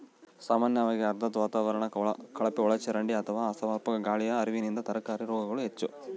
ಸಾಮಾನ್ಯವಾಗಿ ಆರ್ದ್ರ ವಾತಾವರಣ ಕಳಪೆಒಳಚರಂಡಿ ಅಥವಾ ಅಸಮರ್ಪಕ ಗಾಳಿಯ ಹರಿವಿನಿಂದ ತರಕಾರಿ ರೋಗಗಳು ಹೆಚ್ಚು